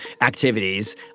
activities